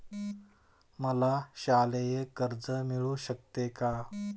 मला शालेय कर्ज मिळू शकते का?